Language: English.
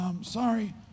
sorry